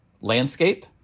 landscape